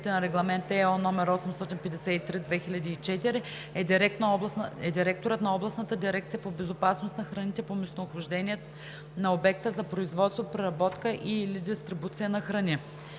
на Регламент (ЕО) № 853/2004 е директорът на областната дирекция по безопасност на храните по местонахождение на обекта за производство, преработка и/или дистрибуция на храни.“